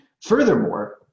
furthermore